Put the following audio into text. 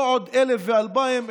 לא עוד 1,000 ו-2,000,